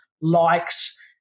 likes